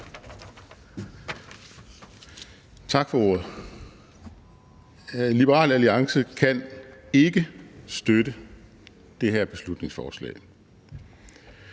Tak for ordet. Liberal Alliance kan ikke støtte det her beslutningsforslag.